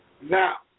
Now